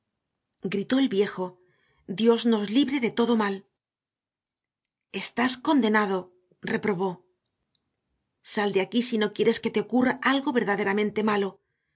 gritó el viejo dios nos libre de todo mal estás condenado reprobó sal de aquí si no quieres que te ocurra algo verdaderamente malo